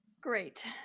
Great